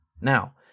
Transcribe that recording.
Now